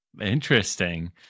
Interesting